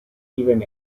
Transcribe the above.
even